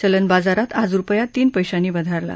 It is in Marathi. चलन बाजारात आज रुपया दहा पैशांनी वधारला